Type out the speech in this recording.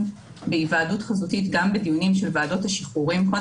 בהיוועדות חזותית גם בדיונים של ועדות השחרורים.